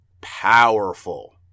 powerful